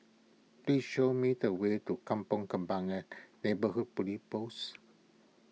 please show me the way to Kampong Kembangan Neighbourhood Police Post